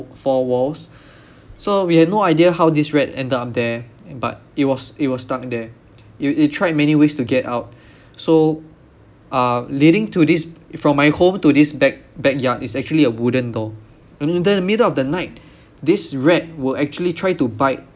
four walls so we had no idea how this rat ended up there and but it was it was stuck there it it tried many ways to get out so uh leading to this from my home to this back~ backyard is actually a wooden door and in the middle of the night this rat will actually try to bite